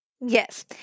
Yes